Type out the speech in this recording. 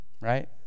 right